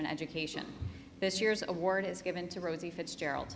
in education this year's award is given to rosie fitzgerald